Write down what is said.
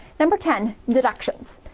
number ten deductions.